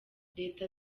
leta